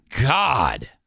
God